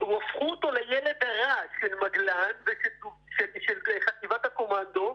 הפכו אותו לילד הרע של מגל"ן, של חטיבת הקומנדו.